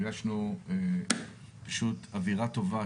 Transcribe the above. הרגשנו אווירה טובה,